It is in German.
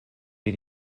wie